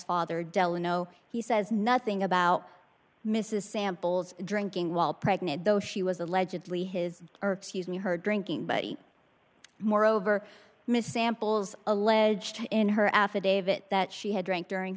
father delano he says nothing about mrs samples drinking while pregnant though she was allegedly his or excuse me her drinking buddy moreover miss samples alleged in her affidavit that she had drank during